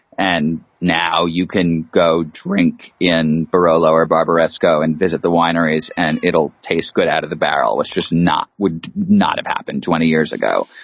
and now you can go drink in barot lower barbara esco and visit the wineries and it'll taste good out of the barrel. it's just not would not have happened twenty years ago.